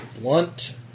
Blunt